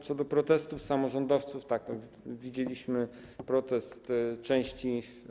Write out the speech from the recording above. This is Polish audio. Co do protestów samorządowców, to widzieliśmy protest części.